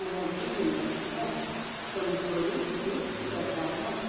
energy ਦਿੰਦਾ ਹੈ ਕਮਜ਼ੋਰੀ ਦੂਰ ਕਰਦਾ ਹੈ